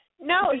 No